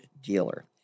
Dealer